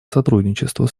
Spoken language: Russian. сотрудничества